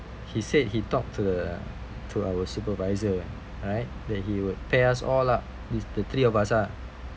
he said he talk to the to our supervisor alright that he would pair us all up this the three of us ah